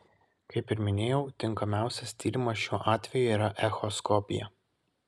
kaip jau minėjau tinkamiausias tyrimas šiuo atveju yra echoskopija